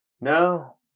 No